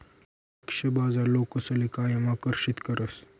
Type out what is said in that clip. लक्ष्य बाजार लोकसले कायम आकर्षित करस